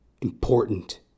important